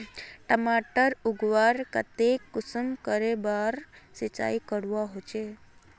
टमाटर उगवार केते कुंसम करे बार सिंचाई करवा होचए?